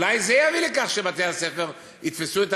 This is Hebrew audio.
אולי זה יביא לכך שבתי-הספר יתפסו את